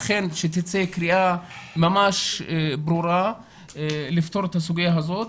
אכן שתצא קריאה ממש ברורה לפתור את הסוגיה הזאת.